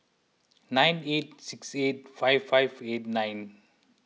nine eight six eight five five eight nine